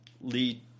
lead